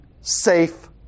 safe